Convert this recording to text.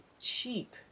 cheap